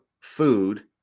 food